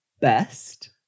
best